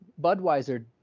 Budweiser